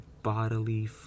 bodily